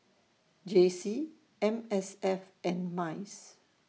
J C M S F and Mice